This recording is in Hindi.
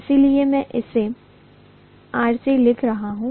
इसलिए मैं इसे Rc लिख रहा हूं